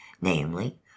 namely